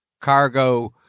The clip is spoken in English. cargo